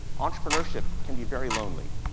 entrepreneurship can be very lonely.